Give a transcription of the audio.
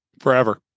Forever